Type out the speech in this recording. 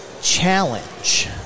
challenge